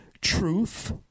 truth